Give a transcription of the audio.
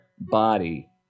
body